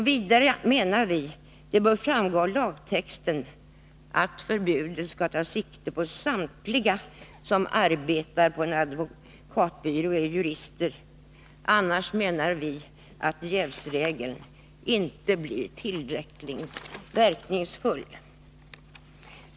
Vidare bör det, menar vi, framgå av lagtexten att förbudet tar sikte på samtliga som arbetar på en advokatbyrå och är jurister; annars menar vi att jävsregeln inte blir tillräckligt verkningsfull.